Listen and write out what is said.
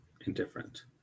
Indifferent